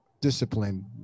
discipline